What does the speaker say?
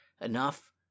enough